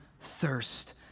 thirst